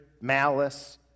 malice